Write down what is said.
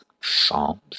psalms